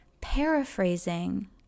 paraphrasing